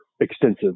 extensive